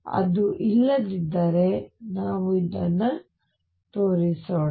ಅದು ಇಲ್ಲದಿದ್ದರೆ ನಾವು ಇದನ್ನು ತೋರಿಸೋಣ